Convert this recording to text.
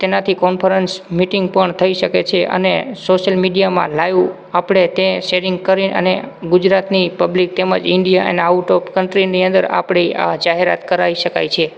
તેનાથી conference meeting પણ થઈ શકે છે અને સોશિયલ મીડિયામાં લાઈવ આપણે તે શૅરિંગ કરી અને ગુજરાતની પબ્લિક તેમજ ઇન્ડિયા અને આઉટ ઓફ કન્ટ્રીની અંદર આપણી આ જાહેરાત કરાવી શકાય છે